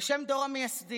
בשם דור המייסדים,